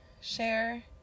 share